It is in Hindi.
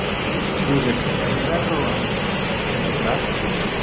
ठीक है ठीक आईएगा तो हम आपका